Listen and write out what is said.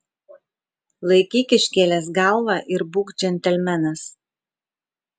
laikyk iškėlęs galvą ir būk džentelmenas